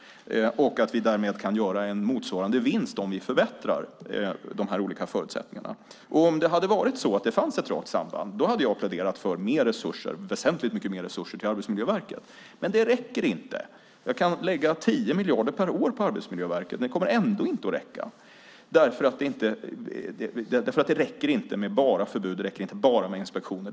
Därmed kan vi göra en motsvarande vinst om vi förbättrar de här olika förutsättningarna. Om det hade funnits ett rakt samband hade jag pläderat för väsentligt mycket mer resurser till Arbetsmiljöverket, men det räcker inte. Jag kan lägga 10 miljarder per år på Arbetsmiljöverket, men det kommer ändå inte att räcka. Det räcker inte med bara förbud och inspektioner.